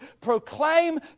proclaim